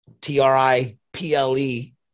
T-R-I-P-L-E